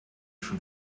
schon